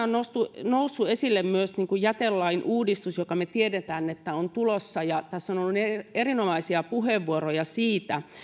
on noussut esille myös jätelain uudistus jonka me tiedämme olevan tulossa tässä on ollut erinomaisia puheenvuoroja siitä